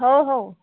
हो हो